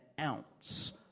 ounce